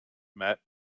met